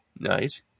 right